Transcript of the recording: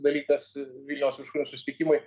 dalykas vilniaus viršūnių susitikimui